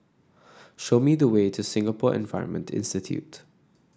show me the way to Singapore Environment Institute